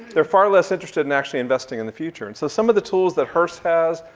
they're far less interested in actually investing in the future. and so some of the tools that hurst has,